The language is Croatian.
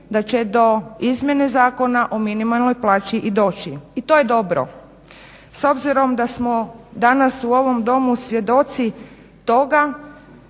da će do izmjene Zakona o minimalnoj plaći i doći i to je dobro. S obzirom da smo danas u ovom domu svjedoci toga